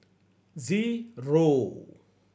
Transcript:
zero